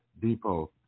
depot